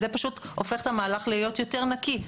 זה פשוט הופך את המהלך להיות יותר נקי,